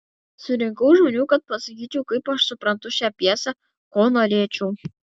surinkau žmonių kad pasakyčiau kaip aš suprantu šią pjesę ko norėčiau